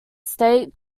state